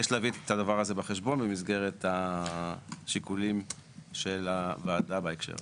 יש להביא את הדבר הזה בחשבון במסגרת השיקולים של הוועדה בהקשר הזה.